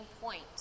point